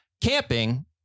Camping